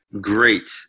great